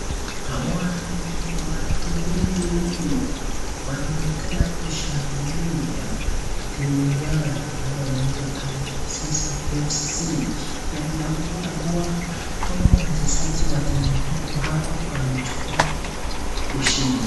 Hawa ni watu wengi mno, wanaonekana kushangilia kwa timu yao ambayo inaitwa Al Asisi FC,na inaonekana kuwa hawa wachezaji wa timu hiyo hawa, wamechukua ushindi.